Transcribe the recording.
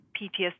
PTSD